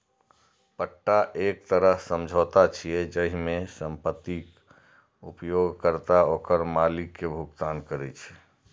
पट्टा एक तरह समझौता छियै, जाहि मे संपत्तिक उपयोगकर्ता ओकर मालिक कें भुगतान करै छै